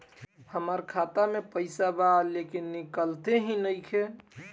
हमार खाता मे पईसा बा लेकिन निकालते ही नईखे?